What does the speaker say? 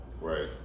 Right